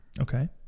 Okay